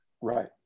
Right